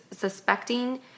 suspecting